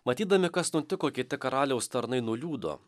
matydami kas nutiko kiti karaliaus tarnai nuliūdo